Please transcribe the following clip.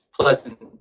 pleasant